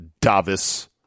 Davis